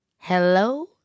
Hello